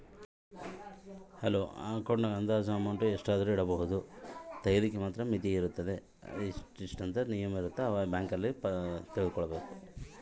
ನನ್ನ ಅಕೌಂಟಿನಾಗ ಅಂದಾಜು ಎಷ್ಟು ದುಡ್ಡು ಇಡಬೇಕಾ?